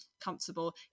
comfortable